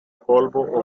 polvo